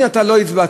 הנה, אתה לא הצבעת.